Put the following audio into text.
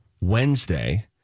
Wednesday